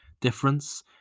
difference